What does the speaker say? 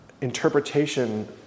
interpretation